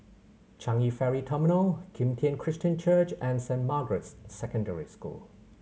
Changi Ferry Terminal Kim Tian Christian Church and Saint Margaret's Secondary School